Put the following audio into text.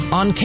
on